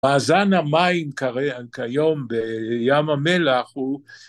מאזן המים כיום בים המלח הוא